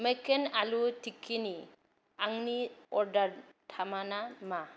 McCain आलु टिक्कीनि आंनि अर्डार थामाना मा